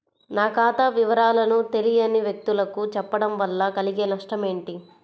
నా ఖాతా వివరాలను తెలియని వ్యక్తులకు చెప్పడం వల్ల కలిగే నష్టమేంటి?